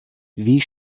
wie